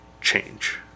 change